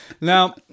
Now